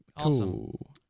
Cool